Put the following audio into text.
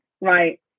right